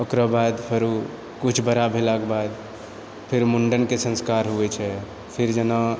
ओकर बाद फेर ओ किछु बड़ा भेलाके बाद फेर मुण्डनके संस्कार होइत छै फिर जेना